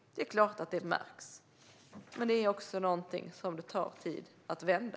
Det är klart att det märks, men det är också något som tar tid att vända.